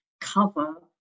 cover